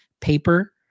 paper